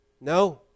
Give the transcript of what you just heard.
No